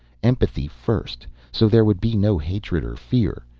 empathy first, so there would be no hatred or fear.